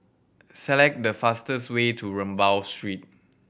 select the fastest way to Rambau Street